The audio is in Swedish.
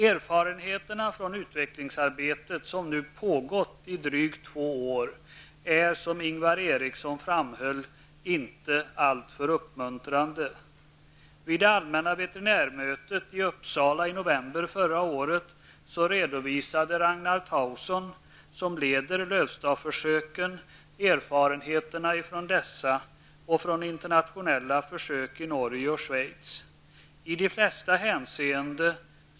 Erfarenheterna från det utvecklingsarbete som nu pågått i drygt två år är, som Ingvar Eriksson framhöll, inte alltför uppmuntrande. Vid det allmänna veterinärmötet i Uppsala i november förra året redovisade Ragnar Tausson -- som leder Lövstaförsöken -- erfarenheterna från dessa och från internationella försök i Norge och i Schweiz.